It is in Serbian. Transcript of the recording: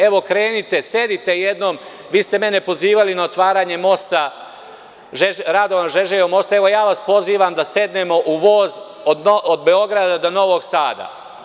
Evo, krenite, sedite jednom, vi ste mene pozivali na otvaranje radova na Žeželjevom mostu, evo ja vas pozivam da sednemo u voz od Beograda do Novog Sada.